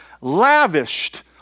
lavished